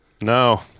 No